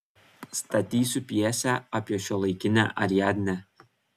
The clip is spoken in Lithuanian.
statysiu pjesę apie šiuolaikinę ariadnę